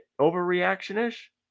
overreaction-ish